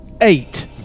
eight